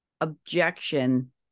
objection